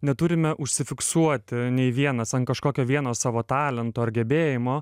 neturime užsifiksuoti nei vienas ant kažkokio vieno savo talento ar gebėjimo